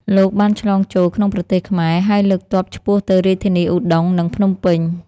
លោកបានឆ្លងចូលក្នុងប្រទេសខ្មែរ ហើយលើកទ័ពឆ្ពោះទៅរាជធានីឧដុង្គ និងភ្នំពេញ។